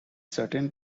certain